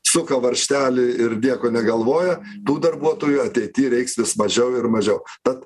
suka varžtelį ir nieko negalvoja tų darbuotojų ateity reiks vis mažiau ir mažiau tad